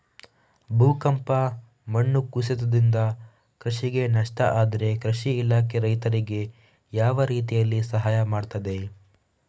ಭೂಕಂಪ, ಮಣ್ಣು ಕುಸಿತದಿಂದ ಕೃಷಿಗೆ ನಷ್ಟ ಆದ್ರೆ ಕೃಷಿ ಇಲಾಖೆ ರೈತರಿಗೆ ಯಾವ ರೀತಿಯಲ್ಲಿ ಸಹಾಯ ಮಾಡ್ತದೆ?